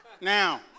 Now